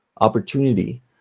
Opportunity